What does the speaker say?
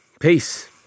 peace